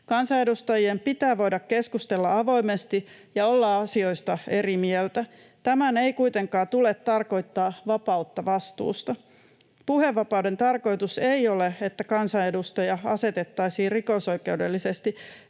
Kansanedustajien pitää voida keskustella avoimesti ja olla asioista eri mieltä. Tämän ei kuitenkaan tule tarkoittaa vapautta vastuusta. Puhevapauden tarkoitus ei ole, että kansanedustaja asetettaisiin rikosoikeudellisesti